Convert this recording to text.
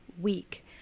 week